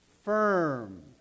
firm